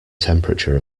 temperature